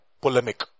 polemic